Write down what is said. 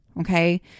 Okay